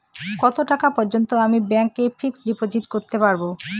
কত টাকা পর্যন্ত আমি ব্যাংক এ ফিক্সড ডিপোজিট করতে পারবো?